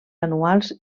anuals